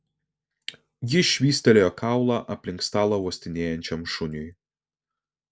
ji švystelėjo kaulą aplink stalą uostinėjančiam šuniui